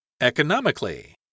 Economically